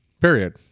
period